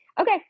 Okay